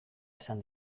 esan